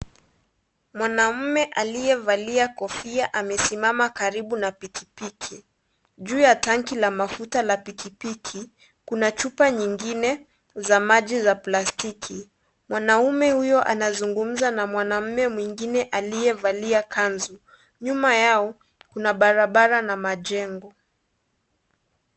Mwanaume aliyevalia kofia amesimama karibu na pikipiki ,juu ya tanki la mafuta la pikipiki kuna chupa nyingine za maji za plastiki mwanaume huyu anazungumza na mwanaume mwingine aliyevalia kanzu nyuma yao kuna barabara na majengo.